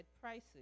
prices